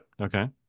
okay